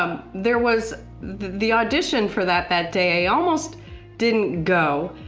um there was the audition for that that day i almost didn't go,